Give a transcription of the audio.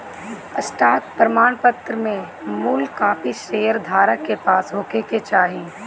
stock प्रमाणपत्र में मूल कापी शेयर धारक के पास होखे के चाही